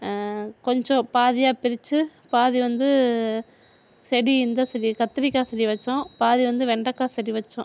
கொஞ்சம் பாதியாக பிரிச்சு பாதி வந்து செடி இந்த செடி கத்திரிக்காய் செடி வைச்சோம் பாதி வந்து வெண்டைக்கா செடி வைச்சோம்